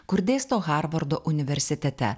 kur dėsto harvardo universitete